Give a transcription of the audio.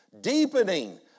deepening